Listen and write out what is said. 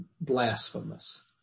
blasphemous